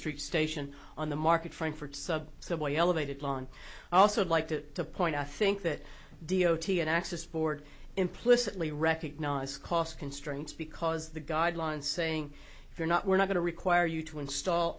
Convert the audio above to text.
street station on the market frankfurt sub so why elevated plan also like to point i think that d o t and axis board implicitly recognize cost constraints because the guideline saying if you're not we're not going to require you to install